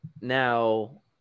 Now